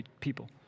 people